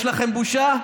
יש לכם בושה?